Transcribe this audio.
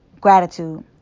gratitude